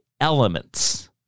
elements